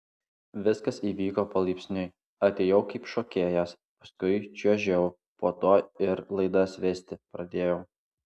viskas įvyko palaipsniui atėjau kaip šokėjas paskui čiuožiau po to ir laidas vesti pradėjau